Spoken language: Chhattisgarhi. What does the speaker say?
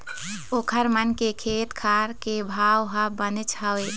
ओखर मन के खेत खार के भाव ह बनेच हवय